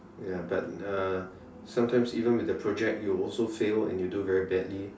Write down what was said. ya but uh sometimes even with the project you will also fail and you do very badly